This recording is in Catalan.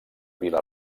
vila